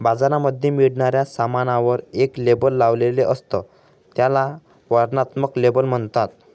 बाजारामध्ये मिळणाऱ्या सामानावर एक लेबल लावलेले असत, त्याला वर्णनात्मक लेबल म्हणतात